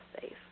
safe